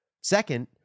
Second